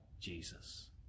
Jesus